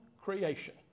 creation